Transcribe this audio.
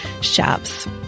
shops